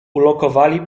ulokowali